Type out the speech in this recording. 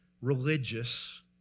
religious